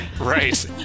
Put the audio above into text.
Right